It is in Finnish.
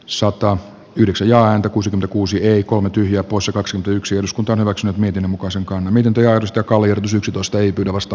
sota yhdeksi ja ääntä kuusi kuusi eli kolme tyhjää poissa kaksi yksi eduskunta on hyväksynyt miten muka sen koon miten työllistä collier s yksitoista ei pidä vasta